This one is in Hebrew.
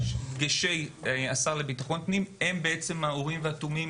דגשי השר לביטחון פנים והם האורים והתומים